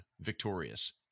Victorious